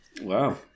Wow